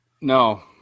No